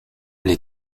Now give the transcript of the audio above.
les